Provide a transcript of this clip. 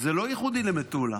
זה לא ייחודי למטולה,